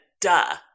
duh